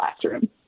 classroom